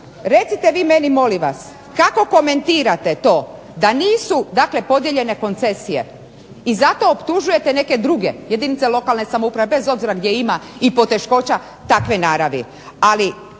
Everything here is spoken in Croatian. recite vi meni molim vas, kako komentirate to da nisu podijeljene koncesije i za to optužujete neke druge, jedinice lokalne samouprave bez obzira gdje ima i poteškoća takve naravi.